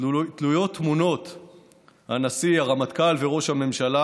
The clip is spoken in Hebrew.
תלויות תמונות הנשיא, הרמטכ"ל וראש הממשלה.